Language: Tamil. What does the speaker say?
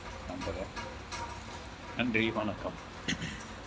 நம்புகிறேன் நன்றி வணக்கம்